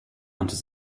hunters